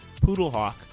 Poodlehawk